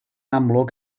amlwg